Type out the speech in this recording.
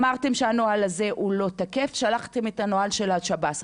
אתם אמרתם שהנוהל הזה לא תקף ושלחתם את הנוהל של השב"ס,